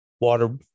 Water